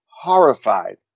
horrified